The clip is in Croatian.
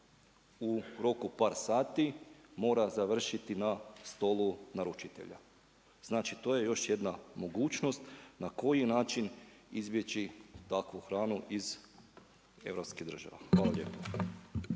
u roku par sati mora završiti na stolu naručitelja. Znači to je još jedna mogućnost na koji način izbjeći takvu hranu iz europskih država. Hvala lijepa.